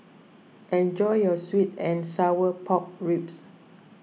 enjoy your Sweet and Sour Pork Ribs